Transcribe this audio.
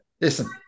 listen